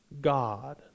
God